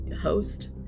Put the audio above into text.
host